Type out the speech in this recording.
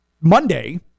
Monday